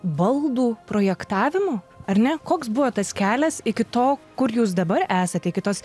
baldų projektavimu ar ne koks buvo tas kelias iki to kur jūs dabar esat iki tos